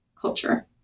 culture